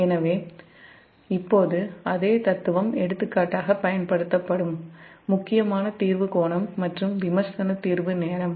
எனவே இப்போது அதே தத்துவம் எடுத்துக்காட்டாக பயன்படுத்தப் படும் முக்கியமான தீர்வு கோணம் மற்றும் விமர்சன தீர்வு நேரம்